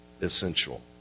essential